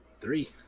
three